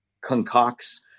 concocts